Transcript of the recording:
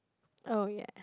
oh ya